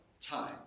time